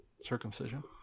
circumcision